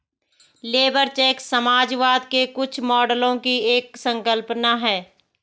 labour चेक समाजवाद के कुछ मॉडलों की एक संकल्पना है